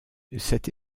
cette